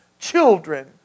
children